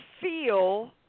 feel